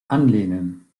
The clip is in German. anlehnen